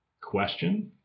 question